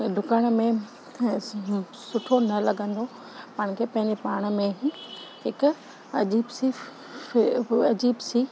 डुकण में स सुठो न लॻंदो पाण खे पंहिंजे पाण में ई हिक अजीब सी फ फि अजीब सी